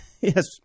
Yes